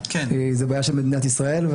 זו בעיה של מדינת ישראל,